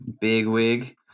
bigwig